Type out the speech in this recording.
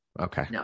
Okay